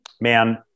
Man